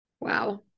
Wow